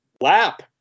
lap